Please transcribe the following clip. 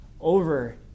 over